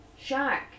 Shark